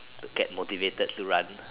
to get motivated to run